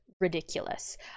ridiculous